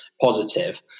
positive